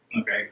okay